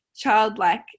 childlike